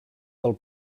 del